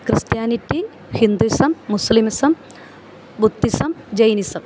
Christianity Hinduism Muslimism Buddhism Jainism